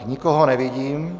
Nikoho nevidím.